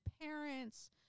parents